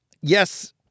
Yes